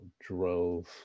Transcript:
drove